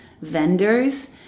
vendors